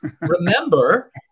Remember